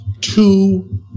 two